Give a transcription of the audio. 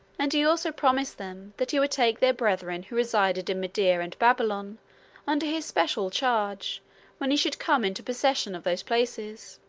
and he also promised them that he would take their brethren who resided in media and babylon under his special charge when he should come into possession of those places.